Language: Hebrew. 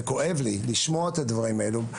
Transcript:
זה כואב לי לשמוע את הדברים האלו.